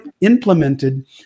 implemented